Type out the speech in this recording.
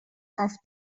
off